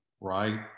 right